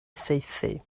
saethu